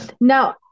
now